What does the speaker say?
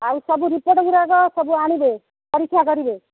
ଆଉ ସବୁ ରିପୋର୍ଟ୍ଗୁଡ଼ାକ ସବୁ ଆଣିବେ ପରୀକ୍ଷା କରିବେ